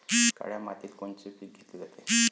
काळ्या मातीत कोनचे पिकं घेतले जाते?